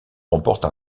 remporte